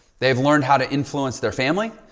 they've learned how to influence their family,